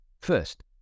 first